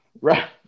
Right